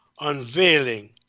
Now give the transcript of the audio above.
unveiling